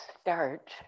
start